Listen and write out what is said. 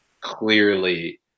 clearly